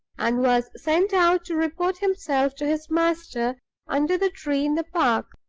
and was sent out to report himself to his master under the tree in the park.